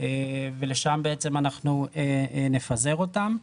ולשם בעצם אנחנו נפזר אותם.